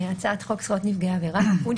"הצעת חוק זכויות נפגעי עבירה (תיקון,